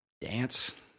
dance